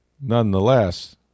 Nonetheless